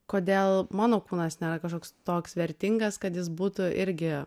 kodėl mano kūnas nėra kažkoks toks vertingas kad jis būtų irgi